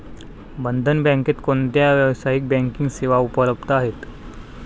बंधन बँकेत कोणत्या व्यावसायिक बँकिंग सेवा उपलब्ध आहेत?